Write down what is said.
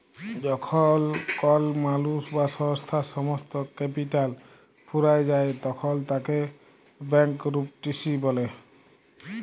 যখল কল মালুস বা সংস্থার সমস্ত ক্যাপিটাল ফুরাঁয় যায় তখল তাকে ব্যাংকরূপটিসি ব্যলে